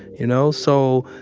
you know? so,